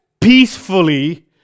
peacefully